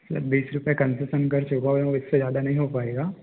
बीस रुपए कनसेसन कर चुका हूँ और इससे ज़्यादा नहीं हो पाएगा